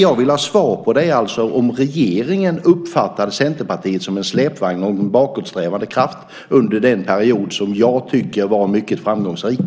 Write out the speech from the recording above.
Jag vill ha svar på om regeringen uppfattade Centerpartiet som en släpvagn och en bakåtsträvande kraft under den period som jag tycker var mycket framgångsrik.